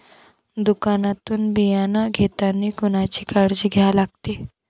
दुकानातून बियानं घेतानी कोनची काळजी घ्या लागते?